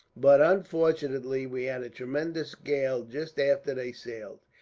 but, unfortunately, we had a tremendous gale just after they sailed.